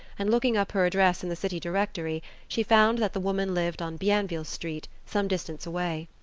and looking up her address in the city directory, she found that the woman lived on bienville street, some distance away.